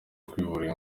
kwivura